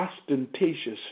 ostentatious